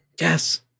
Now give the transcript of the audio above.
yes